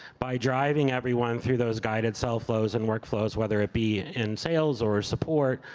by driving everyone through those guided self-flows and work-flows, whether it be in sales, or support,